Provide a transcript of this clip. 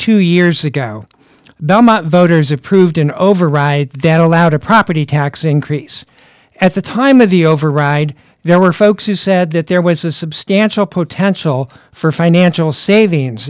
two years ago the voters approved an override that allowed a property tax increase at the time of the override there were folks who said that there was a substantial potential for financial savings